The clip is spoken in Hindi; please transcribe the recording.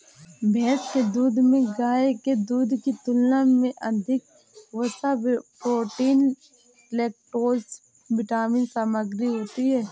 भैंस के दूध में गाय के दूध की तुलना में अधिक वसा, प्रोटीन, लैक्टोज विटामिन सामग्री होती है